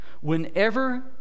Whenever